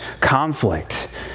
conflict